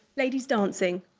ladies dancing.